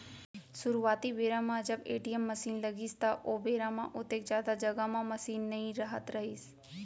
सुरूवाती बेरा म जब ए.टी.एम मसीन लगिस त ओ बेरा म ओतेक जादा जघा म मसीन नइ रहत रहिस